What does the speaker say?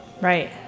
Right